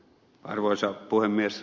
arvoisa puhemies